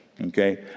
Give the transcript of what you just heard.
okay